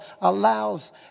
allows